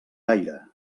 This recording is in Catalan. gaire